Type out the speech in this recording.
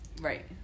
right